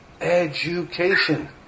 education